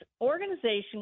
organization